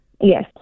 Yes